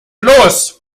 los